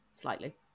slightly